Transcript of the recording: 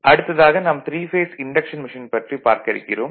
அடுத்ததாக நாம் three phase induction machine பற்றி பார்க்க இருக்கிறோம்